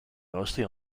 mostly